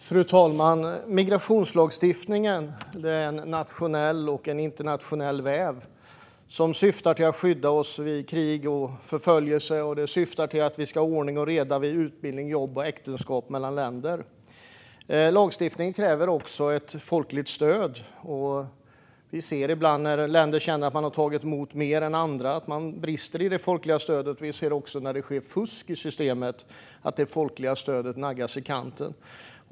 Fru talman! Migrationslagstiftningen är en nationell och internationell väv som syftar till att skydda oss vid krig och förföljelse och till att vi ska ha ordning och reda vid utbildning, jobb och äktenskap länder emellan. Lagstiftning kräver ett folkligt stöd. Vi ser ibland, när länder känner att de har tagit emot fler än andra, att det brister i det folkliga stödet. Vi ser också när det sker fusk i systemet att det folkliga stödet naggas i kanten.